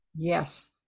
Yes